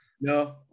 No